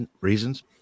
reasons